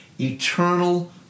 eternal